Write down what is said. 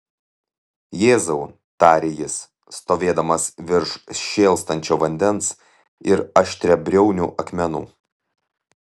jėzau tarė jis stovėdamas virš šėlstančio vandens ir aštriabriaunių akmenų